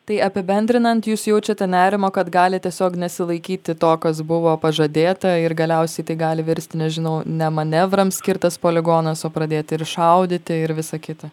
tai apibendrinant jūs jaučiate nerimą kad gali tiesiog nesilaikyti to kas buvo pažadėta ir galiausiai tai gali virst nežinau ne manevrams skirtas poligonas o pradėti ir šaudyti ir visa kita